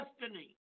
destiny